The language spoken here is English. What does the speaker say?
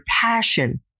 passion